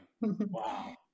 Wow